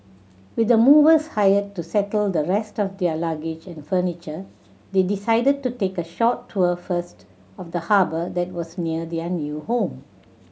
with the movers hired to settle the rest of their luggage and furniture they decided to take a short tour first of the harbour that was near their new home